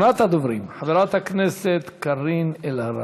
ראשונת הדוברים, חברת הכנסת קארין אלהרר.